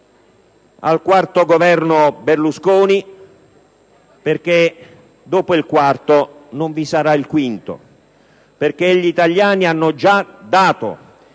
al quarto Governo Berlusconi, perché dopo il quarto non vi sarà il quinto, in quanto gli italiani hanno già dato